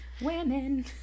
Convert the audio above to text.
women